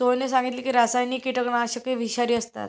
सोहनने सांगितले की रासायनिक कीटकनाशके विषारी असतात